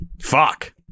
Fuck